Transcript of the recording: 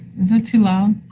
so too long?